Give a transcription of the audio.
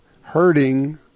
hurting